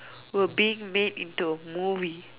were being made into a movie